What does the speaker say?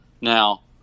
Now